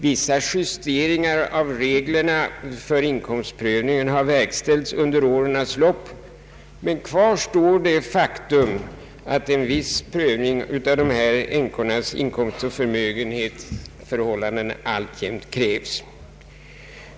Vissa justeringar av reglerna för inkomstprövningen har verkställts under årens lopp, men kvar står det faktum att en viss prövning av de här ifrågavarande änkornas inkomstoch förmögenhetsförhållanden alltjämt krävs.